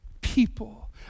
people